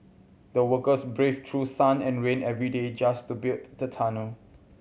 the workers braved through sun and rain every day just to build the tunnel